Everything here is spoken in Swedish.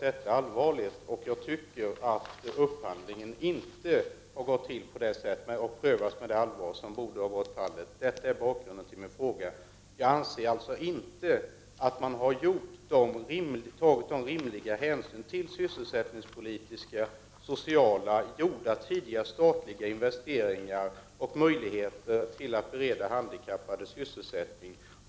Detta är allvarligt, och jag anser inte att upphandlingen har gått till på rätt sätt och prövats med det allvar som borde ha skett. Detta är bakgrunden till min fråga. Jag anser inte att man har tagit rimlig hänsyn till sysselsättningspolitiska och sociala aspekter, tidigare gjorda statliga investeringar och möjligheten att bereda handikappade sysselsättning.